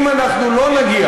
אם אנחנו לא נגיע,